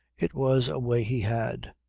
it was a way he had.